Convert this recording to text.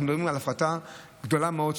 אנחנו מדברים על הפחתה גדולה מאוד,